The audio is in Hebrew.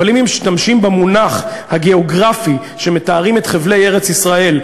אבל אם משתמשים במונח הגיאוגרפי שמתאר את חבלי ארץ-ישראל,